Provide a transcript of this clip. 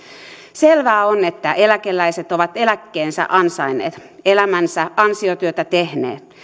selvää on että eläkeläiset ovat eläkkeensä ansainneet elämänsä ansiotyötä tehneet